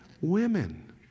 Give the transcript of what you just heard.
Women